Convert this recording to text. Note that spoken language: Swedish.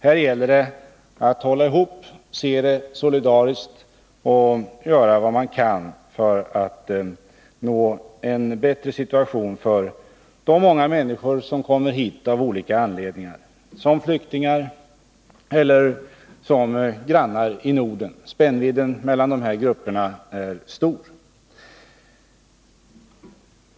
Här gäller det att hålla ihop, se det hela solidariskt och göra vad man kan för att nå en bättre situation för de många människor som kommer hit av olika anledningar, som flyktingar eller som grannar i Norden. Spännvidden mellan de här grupperna är stor.